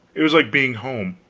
it was like being home.